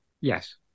yes